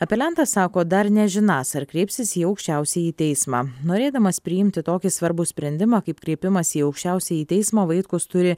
apeliantas sako dar nežinąs ar kreipsis į aukščiausiąjį teismą norėdamas priimti tokį svarbų sprendimą kaip kreipimąsi į aukščiausiąjį teismą vaitkus turi